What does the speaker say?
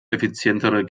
effizientere